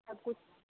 अब कुछ